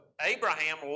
Abraham